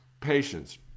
Patience